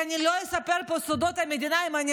אני לא אספר פה סודות מדינה אם אני